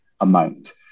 amount